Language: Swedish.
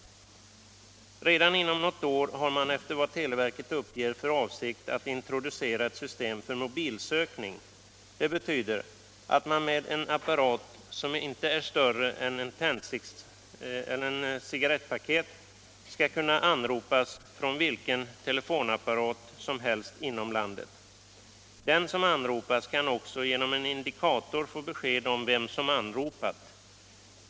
Redan inom något år har man efter vad televerket uppger för avsikt att introducera ett system för mobilsökning. Det betyder att man med en apparat, som inte är större än ett cigarettpaket, skall kunna anropas från vilken telefonapparat som helst inom landet. Den som anropas kan också genom en indikator få besked om vem som anropat.